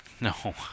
No